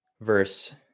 verse